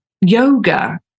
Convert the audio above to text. yoga